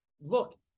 Look